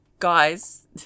Guys